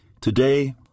Today